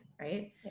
right